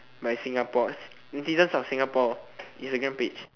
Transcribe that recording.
by Singapore netizens of Singapore instagram page